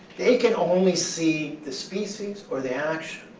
they can only see the species or the action,